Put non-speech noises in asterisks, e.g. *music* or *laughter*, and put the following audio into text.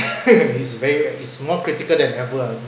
*laughs* is very is more critical than ever